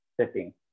setting